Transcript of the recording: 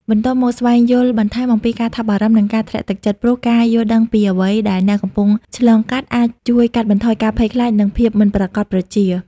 បន្ទាប់មក ស្វែងយល់បន្ថែមអំពីការថប់បារម្ភ និងការធ្លាក់ទឹកចិត្ត ព្រោះការយល់ដឹងពីអ្វីដែលអ្នកកំពុងឆ្លងកាត់ អាចជួយកាត់បន្ថយការភ័យខ្លាច និងភាពមិនប្រាកដប្រជា។